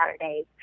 Saturdays